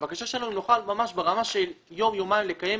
הבקשה שלנו היא שנוכל ממש ברמה של יום-יומיים לקיים